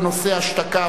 בנושא: השתקה,